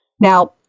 Now